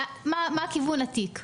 מה כיוון התיק.